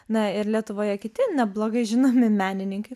na ir lietuvoje kiti neblogai žinomi menininkai